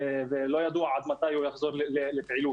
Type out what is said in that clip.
ולא ידוע מתי יחזור לפעילות.